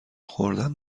خوردن